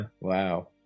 Wow